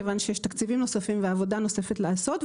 כיוון שיש תקציבים נוספים ועבודה נוספת לעשות,